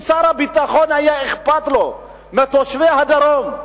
אם לשר הביטחון היה אכפת מתושבי הדרום,